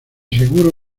seguro